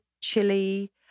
chili